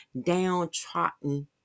downtrodden